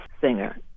singer